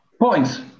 points